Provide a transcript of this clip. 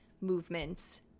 movements